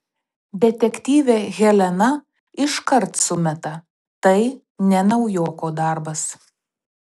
detektyvė helena iškart sumeta tai ne naujoko darbas